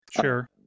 sure